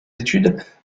études